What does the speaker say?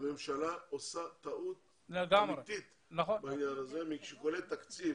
הממשלה עושה טעות בעניין הזה משיקולי תקציב.